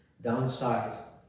downside